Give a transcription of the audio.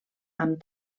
amb